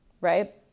right